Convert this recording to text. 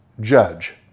judge